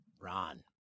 Ron